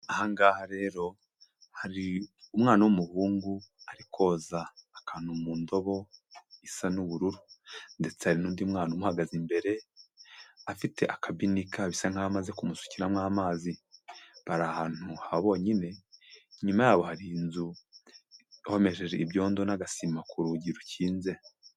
Ahangaha rero hari umwana w'umuhungu ari koza akantu mu ndobo isa n'ubururu ndetse hari n'undi mwana umuhagaze imbere afite akabinika bisa nkaho amaze kumusukiramo amazi. Bari ahantu ha bonyine, inyuma yaho hari inzu ihomesheje ibyondo n'agasima ku rugi rukinze